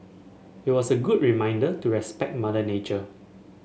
it was a good reminder to respect Mother Nature